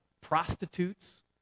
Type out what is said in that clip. prostitutes